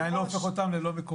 זה עדיין לא הופך אותם לא מקומיים.